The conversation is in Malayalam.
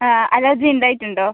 ആ അലർജി ഉണ്ടായിട്ട് ഉണ്ടോ